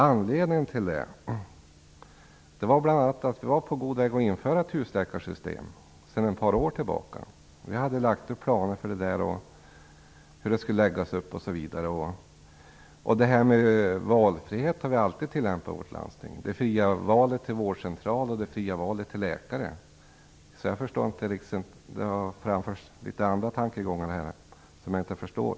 Anledningen till det var bl.a. att vi var på god väg att införa ett husläkarsystem sedan ett par år tillbaka. Vi hade planer för hur det skulle läggas upp. Valfrihet har vi alltid tillämpat i vårt landsting, det fria valet av vårdcentral och det fria valet av läkare. Det har framförts andra tankegångar här, som jag inte förstår.